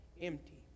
empty